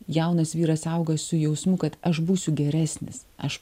jaunas vyras auga su jausmu kad aš būsiu geresnis aš